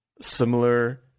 similar